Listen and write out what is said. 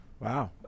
Wow